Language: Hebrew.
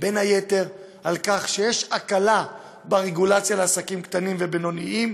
בין היתר שיש הקלה ברגולציה של עסקים קטנים ובינוניים,